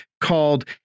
called